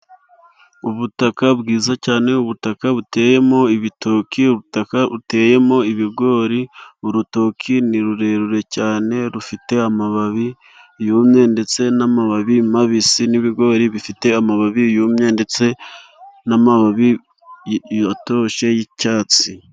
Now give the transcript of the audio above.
Ubutaka bwiza cyane ubutaka buteyemo ibitoki, ubutaka buteyemo ibigori, urutoki ni rurerure cyane rufite amababi yumye ndetse n'amababi mabisi, n'ibigori bifite amababi yumye ndetse n'amababi atoshye y'icyatsi.